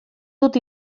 dut